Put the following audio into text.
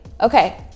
Okay